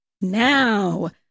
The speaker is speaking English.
now